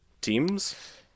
teams